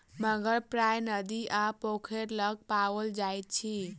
मगर प्रायः नदी आ पोखैर लग पाओल जाइत अछि